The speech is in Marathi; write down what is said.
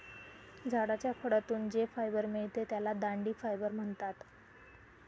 झाडाच्या खोडातून जे फायबर मिळते त्याला दांडी फायबर म्हणतात